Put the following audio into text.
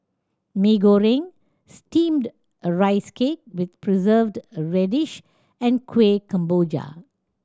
Mee Goreng Steamed Rice Cake with Preserved Radish and Kueh Kemboja